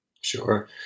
Sure